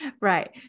Right